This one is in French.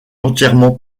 entièrement